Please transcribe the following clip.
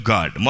God